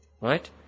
Right